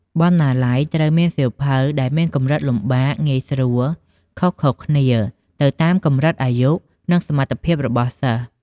បណ្ណាល័យត្រូវមានសៀវភៅដែលមានកម្រិតលំបាកងាយស្រួលខុសៗគ្នា ទៅតាមកម្រិតអាយុ និងសមត្ថភាពរបស់សិស្ស។